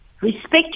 Respect